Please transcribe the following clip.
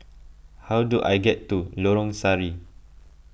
how do I get to Lorong Sari